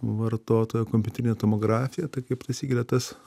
vartotojo kompiuterinę tomografiją tai kaip taisyklė tas